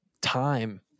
time